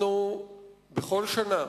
בכל שנה,